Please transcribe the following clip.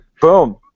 Boom